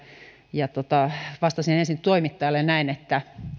ja vastasin ensin toimittajalle näin että